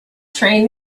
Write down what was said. train